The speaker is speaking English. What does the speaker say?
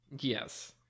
Yes